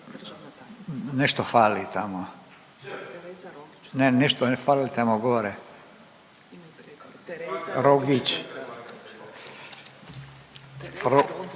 Nešto fali tamo. Ne, nešto fali tamo gore. Rogić.